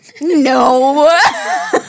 No